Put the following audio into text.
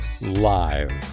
live